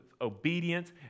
obedience